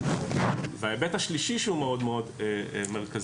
הדבר השלישי שהוא מאוד מאוד מרכזי